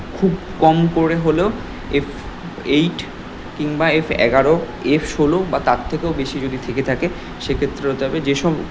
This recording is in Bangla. খুব কম করে হলেও এফ এইট কিম্বা এফ এগারো এফ ষোলো বা তার থেকেও বেশি যদি থেকে থাকে সে ক্ষেত্রে হতে হবে যে সব